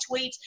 tweets